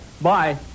Bye